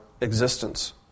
existence